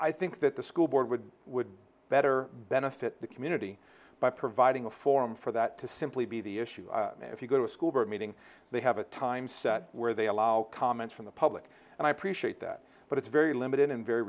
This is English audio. i think that the school board would would better benefit the community by providing a forum for that to simply be the issue if you go to a school board meeting they have a time where they allow comments from the public and i appreciate that but it's very limited and very